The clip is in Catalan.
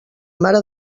mare